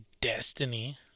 Destiny